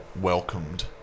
welcomed